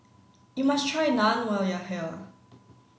you must try naan when you are here